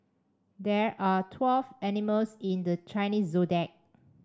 there are twelve animals in the Chinese Zodiac